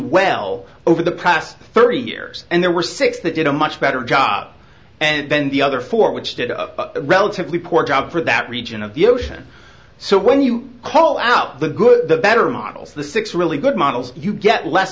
well over the past thirty years and there were six that in a much better job and then the other four which did a relatively poor job for that region of the ocean so when you call out the good the better models the six really good models you get less